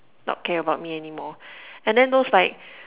not care about me anymore and then those like